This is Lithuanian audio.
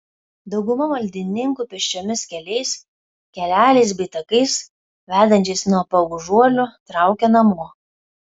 dauguma maldininkų pėsčiomis keliais keleliais bei takais vedančiais nuo paužuolių traukia namo